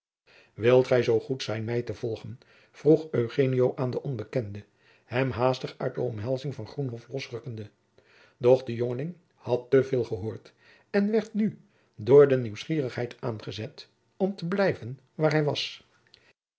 wilt gij zoo goed zijn mij te volgen vroeg eugenio aan den onbekende hem haastig uit de omhelzingen van groenhof losrukkende doch de jongeling had te veel gehoord en werd nu door de nieuwsgierigheid aangezet om te blijven waar hij was